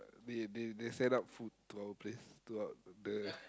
they they they send up food to our place to our the